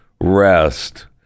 rest